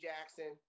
Jackson